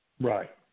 Right